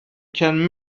can